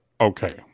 okay